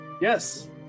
Yes